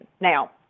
Now